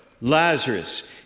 Lazarus